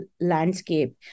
landscape